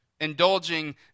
indulging